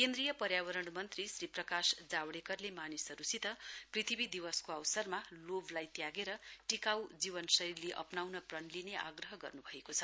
केन्द्रीय पर्यावरण मन्त्री श्री प्रकाश जावडेकरले मानिसहरूसित पृथ्वी दिवसको अवसरमा लोभलाई त्यागेर टिकाउ जीवनशैली अप्राउन प्रण लिने आग्रह गर्नुभएको छ